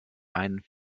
ein